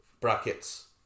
brackets